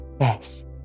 Yes